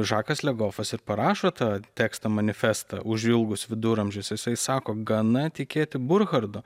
žakas legofas ir parašo tą tekstą manifestą už ilgus viduramžius jisai sako gana tikėti burhardu